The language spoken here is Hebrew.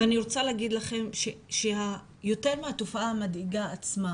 אני רוצה להגיד לכם שיותר מהתופעה המדאיגה עצמה,